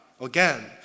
Again